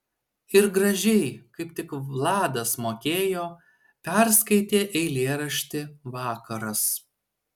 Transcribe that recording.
ir gražiai kaip tik vladas mokėjo perskaitė eilėraštį vakaras